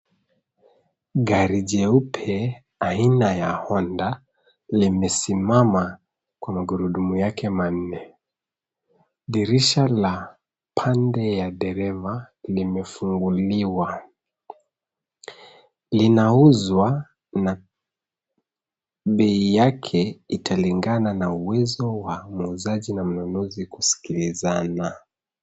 Gari jeupe, aina ya Honda, limesimama kwa magurudumu yake manne. Dirisha la pande ya dereva limefunguliwa. Linauzwa na bei yake italingana na uwezo wa muuzaji na mnunuzi kusikilizana.